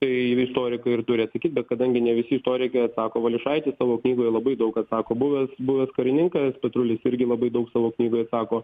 tai istorikai ir turi atsakyt bet kadangi ne visi istorikai atsako valiušaitis savo knygoje labai daug atsako buvęs buvęs karininkas petrulis irgi labai daug savo knygoj atsako